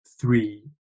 three